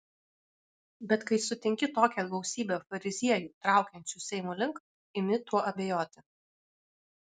bet kai sutinki tokią gausybę fariziejų traukiančių seimo link imi tuo abejoti